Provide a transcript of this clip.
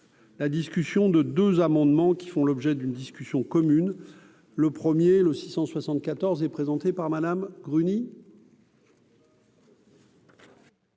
La discussion de 2 amendements qui font l'objet d'une discussion commune le 1er le 674 et présenté par Madame Gruny.